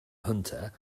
hunter